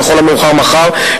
או לכל המאוחר מחר,